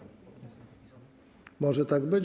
Może tak być?